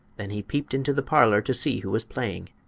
then he peeped into the parlor to see who was playing.